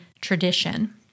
tradition